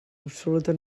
absoluta